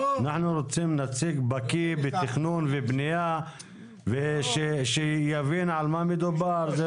אנחנו רוצים נציג בקי בתכנון ובנייה שיבין על מה מדובר.